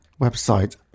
website